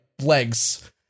legs